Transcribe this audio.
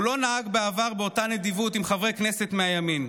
הוא לא נהג בעבר באותה נדיבות עם חברי כנסת מהימין,